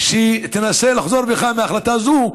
שתנסה לחזור בך מהחלטה זאת,